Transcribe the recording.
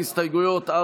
הסתייגות 86 לא נתקבלה.